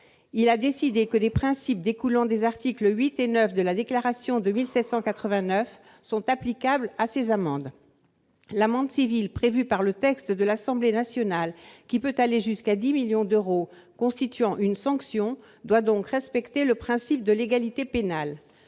Il a décidé que les principes découlant des articles VIII et IX de la Déclaration de 1789 sont applicables à ces amendes. L'amende civile prévue par le texte de l'Assemblée nationale, laquelle peut aller jusqu'à 10 millions d'euros, constitue une sanction ; elle doit donc respecter le principe de légalité pénale.